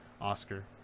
Oscar